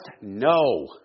No